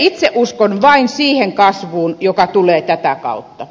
itse uskon vain siihen kasvuun joka tulee tätä kautta